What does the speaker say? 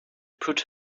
put